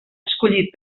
escollit